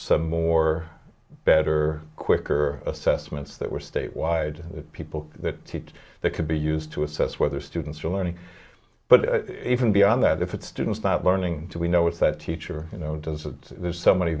some more better quicker assessments that were state wide people that hate that could be used to assess whether students are learning but even beyond that if its students not learning we know with that teacher you know there's so